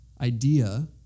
idea